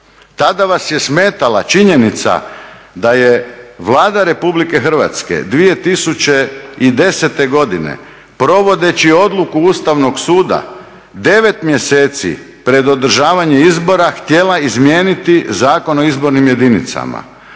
Tada vas je smetala činjenica da je Vlada RH 2010.godine provodeći odluku Ustavnog suda 9 mjeseci pred održavanje izbora htjela izmijeniti Zakon o izbornim jedinicama,